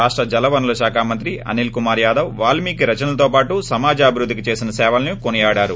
రాష్ట జలవనరుల శాఖ మంత్రి అనిల్కుమార్ యాదవ్ వాల్మికి రచనలతో పాటు సమాజాభివృద్దికి చేసిన సేవలను కొనియాడారు